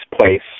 place